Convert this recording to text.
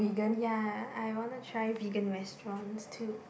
ya I wanna try vegan restaurants too